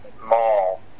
mall